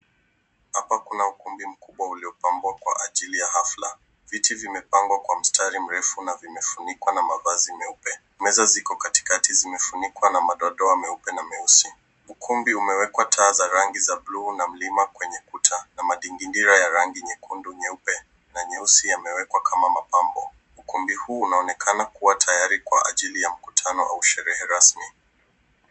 Hapa kuna ukumbi mkubwa uliopambwa kwa ajili ya hafla. Viti vimepangwa kwa mstari mrefu na vimefunikwa na mavazi meupe. Meza ziko katikati zimefunikwa na madoa doa meupe na meusi. Ukumbi umewekwa taa za rangi za buluu na mlima kwenye kuta na madinginira ya rangi nyekundu, nyeupe na nyeusi yamewekwa kama mapambo. Ukumbi huu unaonekana kuwa tayari kwa ajili ya mkutano au sherehe rasmi.